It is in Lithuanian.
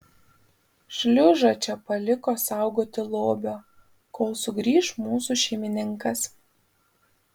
šliužą čia paliko saugoti lobio kol sugrįš mūsų šeimininkas